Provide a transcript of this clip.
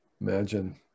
imagine